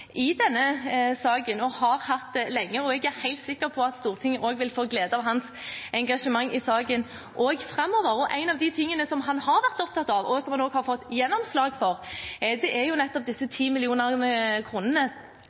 i denne saken og har hatt det lenge. Jeg er helt sikker på at Stortinget også vil få glede av hans engasjement i saken framover. En av de tingene som han har vært opptatt av, og som han også har fått gjennomslag for, er jo nettopp disse